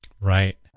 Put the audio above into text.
Right